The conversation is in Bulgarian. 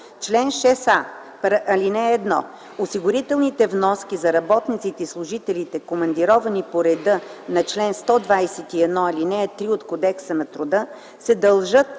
Чл. 6а. (1) Осигурителните вноски за работниците и служителите, командировани по реда на чл. 121, ал. 3 от Кодекса на труда, се дължат